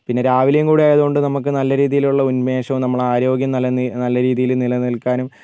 പിന്നെ രാവിലെയും കൂടി ആയതുകൊണ്ട് നമുക്ക് നല്ല രീതിയിലുള്ള ഉൻമേഷം നമ്മൾ ആരോഗ്യം നിലനി നല്ല രീതിയിൽ നിലനിൽക്കാനും